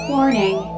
Warning